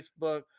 Facebook